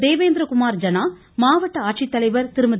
தேபேந்திர குமார் ஜனா மாவட்ட ஆட்சித்தலைவர் திருமதி